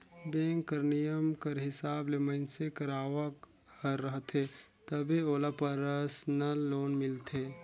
bank कर नियम कर हिसाब ले मइनसे कर आवक हर रहथे तबे ओला परसनल लोन मिलथे